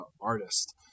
artist